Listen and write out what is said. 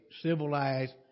civilized